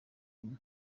rimwe